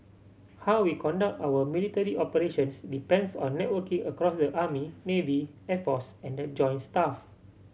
how we conduct our military operations depends on networking across the army navy air force and the joint staff